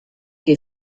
che